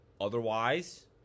Otherwise